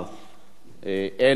אין הסתייגויות